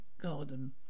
garden